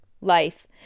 life